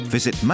Visit